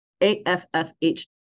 AFFH